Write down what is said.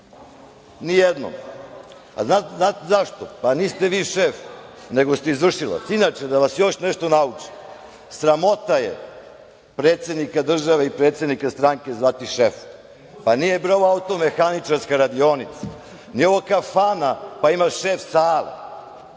Ni jednom. Znate zašto? Niste vi šef, nego ste izvršilac. Inače, da vas još nešto naučim, sramota je predsednika države i predsednika stranke zvati šefom. Pa nije bre ovo automehaničarska radionica, nije ovo kafana pa ima šef sale.